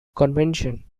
convention